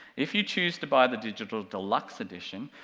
if you choose to buy the digital deluxe edition,